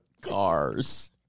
Cars